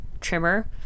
trimmer